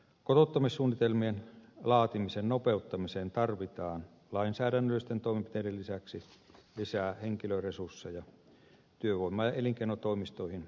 kotouttamissuunnitelmien laatimisen nopeuttamiseen tarvitaan lainsäädännöllisten toimenpiteiden lisäksi lisää henkilöresursseja työvoima ja elinkeinotoimistoihin sekä kuntiin